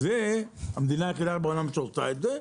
זו המדינה היחידה בעולם שעושה את זה,